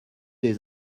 des